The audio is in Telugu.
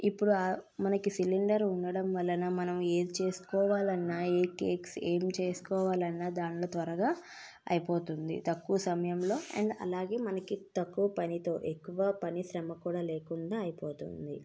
ఇప్పుడు ఆ మనకి సిలిండర్ ఉండడం వలన మనం ఏది చేసుకోవాలన్నా ఏం చేసుకోవాలన్నా దానిలో త్వరగా అయిపోతుంది తక్కువ సమయంలో అండ్ అలాగే మనకి తక్కువ పనితో ఎక్కువ శ్రమ కూడా లేకుండా అయిపోతుంది